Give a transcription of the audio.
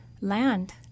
land